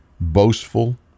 boastful